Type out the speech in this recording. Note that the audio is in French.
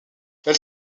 elle